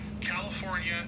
California